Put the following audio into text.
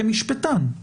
כמשפטן,